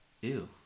Ew